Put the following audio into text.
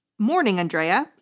morning andrea.